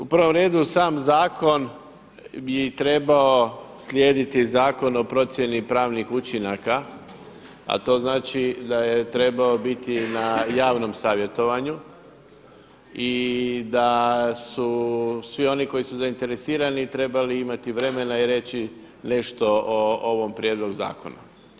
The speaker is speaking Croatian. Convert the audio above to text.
U prvom redu sam zakon bi trebao slijediti Zakon o procjeni pravnih učinaka, a to znači da je trebao biti na javnom savjetovanju i da su svi oni koji su zainteresirani trebali imati vremena i reći nešto o ovom prijedlogu zakona.